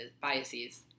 biases